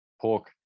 pork